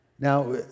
Now